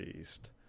East